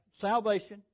salvation